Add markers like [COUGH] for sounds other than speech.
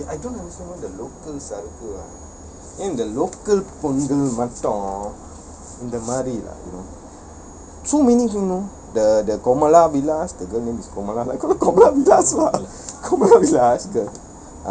eh I don't understand why the local சரக்கு:sarakku ah and the local பொன்னுங்க மட்டும்:ponnunga mattum and the இந்த மாரி:intha maari you know so many you know the the komolas villas the girl name is komolas call her komolas villas lor [LAUGHS] komolas villas girl